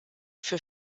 für